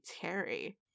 Terry